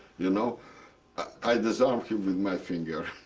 you know i disarmed him with my finger.